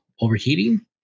overheating